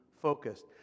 focused